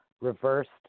reversed